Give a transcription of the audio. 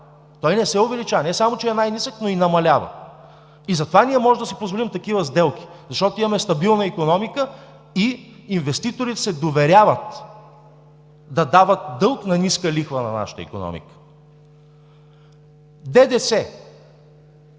Той не се увеличава – не само че е най-нисък, но и намалява. Затова ние можем да си позволим такива сделки, защото имаме стабилна икономика и инвеститорите се доверяват да дават дълг на ниска лихва на нашата икономика. ДДС.